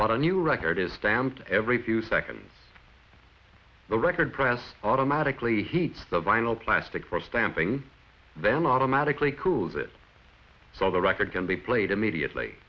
but a new record is stamped every few seconds the record press automatically heats the vinyl plastic for stamping then automatically cools it so the record can be played immediately